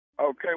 Okay